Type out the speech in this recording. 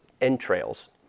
entrails